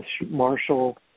Marshall